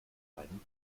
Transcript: einen